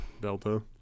Delta